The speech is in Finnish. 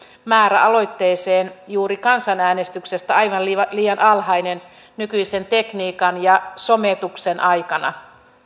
määrä aloitteeseen juuri kansanäänestyksestä aivan liian alhainen nykyisen tekniikan ja sometuksen aikana